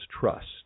trust